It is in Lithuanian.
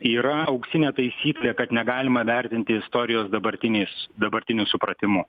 yra auksinė taisyklė kad negalima vertinti istorijos dabartiniais dabartiniu supratimu